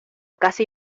casi